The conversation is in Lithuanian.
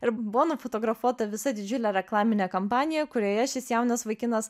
ir buvo nufotografuota visa didžiulė reklaminė kampanija kurioje šis jaunas vaikinas